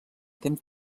temps